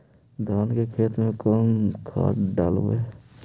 धान के खेत में कौन खाद डालबै?